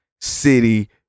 City